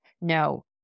no